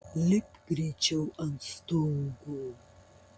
lipk greičiau ant stogo